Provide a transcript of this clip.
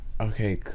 okay